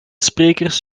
sprekers